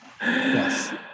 yes